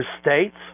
states